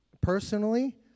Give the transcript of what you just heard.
personally